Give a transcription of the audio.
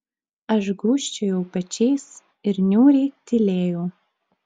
aš gūžčiojau pečiais ir niūriai tylėjau